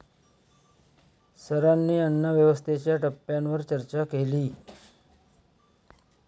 सरांनी अन्नव्यवस्थेच्या टप्प्यांवर चर्चा केली